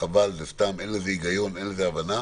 חבל, זה סתם, אין בזה היגיון, אין בזה הבנה.